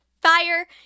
fire